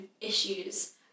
issues